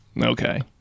Okay